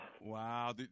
Wow